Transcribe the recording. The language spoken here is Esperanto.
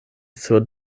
sur